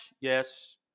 Yes